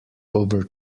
over